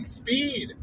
speed